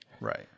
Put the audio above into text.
Right